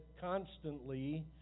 constantly